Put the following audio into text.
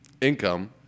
income